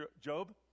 Job